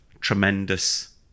tremendous